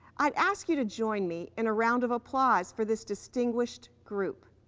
i'd ask you to join me in a round of applause for this distinguished group.